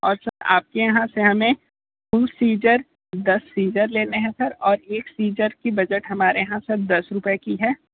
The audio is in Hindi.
और सर आपके यहां से हमें टू सिज़र दस सिज़र लेने हैं सर और सिज़र की बजट हमारे यहां सर दस रुपये की है